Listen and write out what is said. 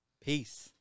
Peace